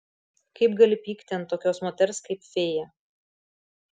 kaip gali pykti ant tokios moters kaip fėja